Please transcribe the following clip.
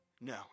No